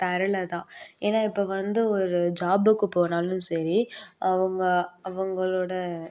தரலை தான் ஏன்னா இப்போ வந்து ஒரு ஜாபுக்கு போனாலும் சரி அவங்க அவங்களோட